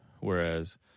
Whereas